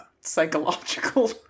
psychological